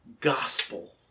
gospel